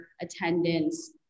attendance